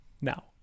now